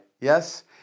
yes